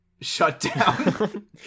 shutdown